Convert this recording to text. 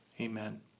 Amen